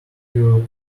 you